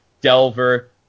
Delver